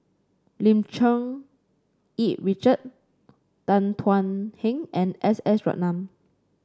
Lim Cherng Yih Richard Tan Thuan Heng and S S Ratnam